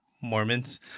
Mormons